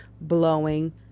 blowing